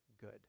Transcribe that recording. good